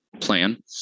plan